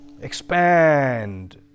expand